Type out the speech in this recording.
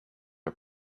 are